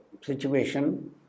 situation